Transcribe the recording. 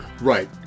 right